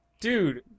dude